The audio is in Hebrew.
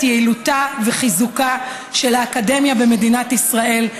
יעילותה וחיזוקה של האקדמיה במדינת ישראל.